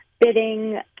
bidding